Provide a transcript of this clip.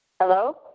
Hello